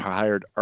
hired